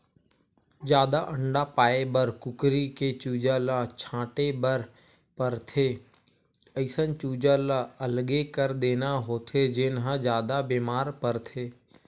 जादा अंडा पाए बर कुकरी के चूजा ल छांटे बर परथे, अइसन चूजा ल अलगे कर देना होथे जेन ह जादा बेमार परथे